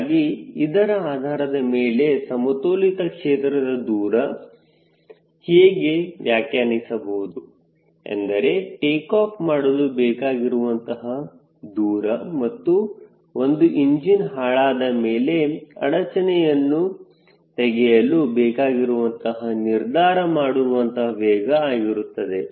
ಹೀಗಾಗಿ ಇದರ ಆಧಾರದ ಮೇಲೆ ಸಮತೋಲಿತ ಕ್ಷೇತ್ರದ ದೂರ ಹೇಗೆ ವ್ಯಾಖ್ಯಾನಿಸಬಹುದು ಎಂದರೆ ಟೇಕಾಫ್ ಮಾಡಲು ಬೇಕಾಗಿರುವಂತಹ ದೂರ ಮತ್ತು ಒಂದು ಇಂಜಿನ್ ಹಾಳಾದ ಮೇಲೆ ಅಡಚಣೆಯನ್ನು ತೆಗೆಯಲು ಬೇಕಾಗಿರುವಂತಹ ನಿರ್ಧಾರ ಮಾಡಿರುವಂತಹ ವೇಗ ಆಗಿರುತ್ತದೆ